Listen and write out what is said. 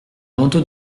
manteau